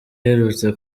iherutse